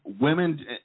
women